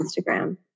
Instagram